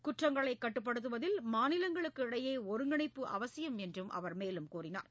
குற்றங்களைக் கட்டுப்படுத்துவதில் மாநிலங்களுக்கு இடையே ஒருங்கிணைப்பு அவசியம் என்றும் அவர் தெரிவித்தார்